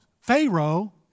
Pharaoh